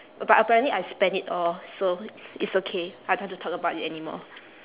but apparently I spent it all so it's okay I don't want to talk about it anymore